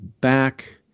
back